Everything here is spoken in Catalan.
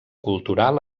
cultural